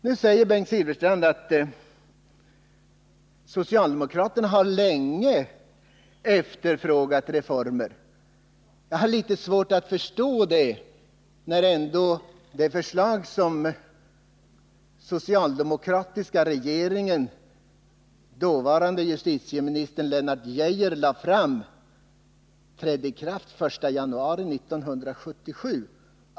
Nu säger Bengt Silfverstrand att socialdemokraterna länge har efterfrågat reformer. Jag har litet svårt att förstå detta, eftersom det lagförslag som den socialdemokratiska regeringen och dåvarande justitieministern Lennart Geijer lade fram trädde i kraft den 1 januari 1977.